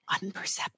unperceptible